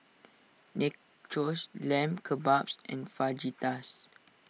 Nachos Lamb Kebabs and Fajitas